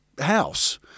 house